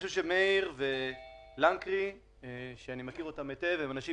מאיר ואלי לנקרי שאני מכיר אותם היטב הם אנשים